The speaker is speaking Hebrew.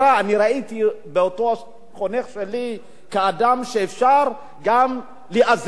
אני ראיתי באותו חונך שלי אדם שאפשר גם להיעזר בו,